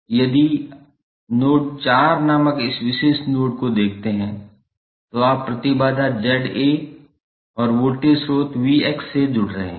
अब यदि आप नोड 4 नामक इस विशेष नोड को देखते हैं तो आप प्रतिबाधा 𝑍𝐴 और वोल्टेज स्रोत 𝑉𝑋 से जुड़ रहे हैं